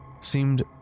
seemed